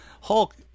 hulk